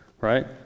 right